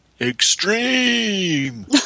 extreme